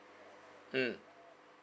mm